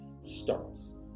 starts